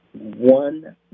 one